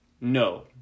no